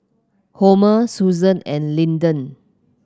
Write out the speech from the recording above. Homer Susan and Lyndon